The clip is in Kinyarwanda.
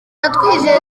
yatwijeje